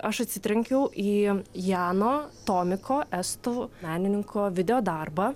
aš atsitrenkiau į jano tomiko estų menininko videodarbą